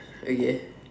okay